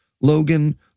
Logan